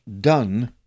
done